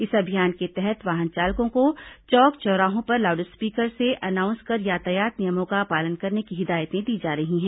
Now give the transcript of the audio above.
इस अभियान के तहत वाहन चालकों को चौक चौराहों पर लाउड स्पीकर से अनाउंस कर यातायात नियमों का पालन करने की हिदायतें दी जा रही हैं